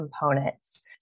components